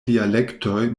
dialektoj